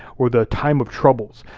or the time of troubles.